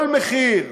כל מחיר.